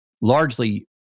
largely